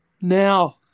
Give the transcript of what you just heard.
Now